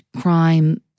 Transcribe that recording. crime